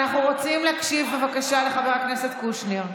אנחנו רוצים להקשיב בבקשה לחבר הכנסת קושניר.